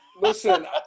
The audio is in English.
Listen